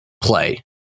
play